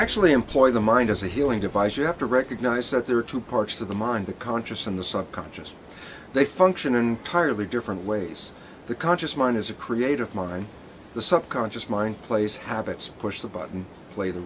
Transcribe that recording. actually employ the mind as a healing device you have to recognize that there are two parts of the mind the conscious and the subconscious they function entirely different ways the conscious mind is a creative mind the subconscious mind plays habits push the button play the